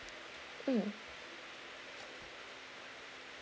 mm